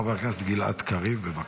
חבר הכנסת גלעד קריב, בבקשה.